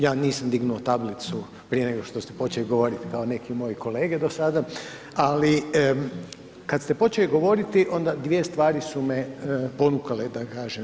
Ja nisam dignuo tablicu prije nego što ste počeli govoriti kao neki moji kolege do sada ali kad ste počeli govoriti onda dvije stvari su me ponukale da kažem.